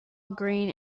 green